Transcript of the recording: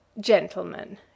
Gentlemen